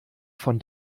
von